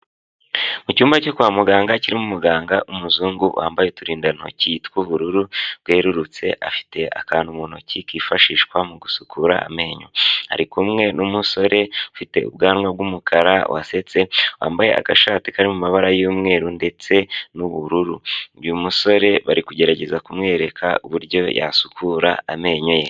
Mu cyumba cyo kwa muganga kirimo umuganga w'umuzungu wambaye uturindantoki tw'ubururu bwerurutse, afite akantu mu ntoki kifashishwa mu gusukura amenyo, ari kumwe n'umusore ufite ubwanwa bw'umukara, wasetse wambaye agashati kari mu mabara y'umweru ndetse n'ubururu, uyu musore bari kugerageza kumwereka uburyo yasukura amenyo ye.